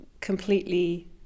completely